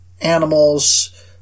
animals